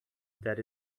that